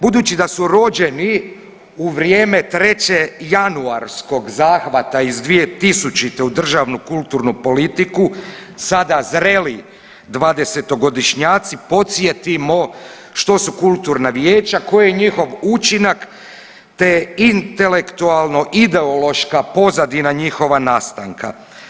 Budući da su rođeni u vrijeme treće januarskog zahvata iz 2000. u državnu kulturnu politiku sada zreli dvadesetogodišnjaci podsjetimo što su kulturna vijeća, koji je njihov učinak te intelektualno ideološka pozadina njihova nastanka.